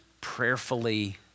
prayerfully